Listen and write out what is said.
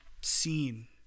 scene